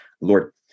Lord